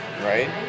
right